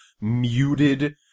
muted